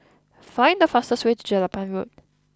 find the fastest way to Jelapang Road